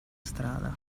strada